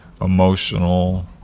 emotional